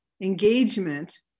engagement